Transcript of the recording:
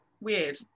weird